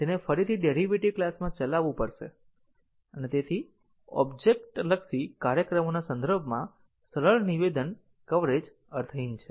તેને ફરીથી ડેરીવેટીવ ક્લાસમાં ચલાવવું પડશે અને ઓબ્જેક્ટ લક્ષી કાર્યક્રમોના સંદર્ભમાં સરળ નિવેદન કવરેજ અર્થહીન છે